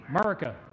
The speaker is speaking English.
America